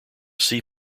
sea